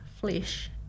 flesh